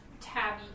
Tabby